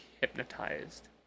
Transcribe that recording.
Hypnotized